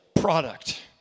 product